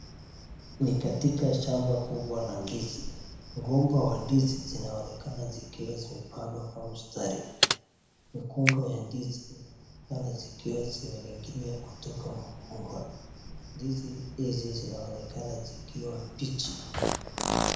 Ni katika shamba kubwa la ndizi, mgomba wa ndizi zinaonekana zikiwa zimepangwa kwa mstari. Mikunga ya ndizi inaonekana zikiwa zimening'inia kutoka mikunga, ndizi hizi zinaonekana zikiwa mbichi.